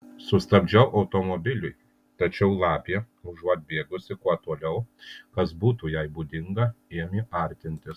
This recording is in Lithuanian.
sustabdžiau automobilį tačiau lapė užuot bėgusi kuo toliau kas būtų jai būdinga ėmė artintis